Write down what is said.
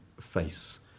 face